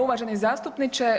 Uvaženi zastupniče.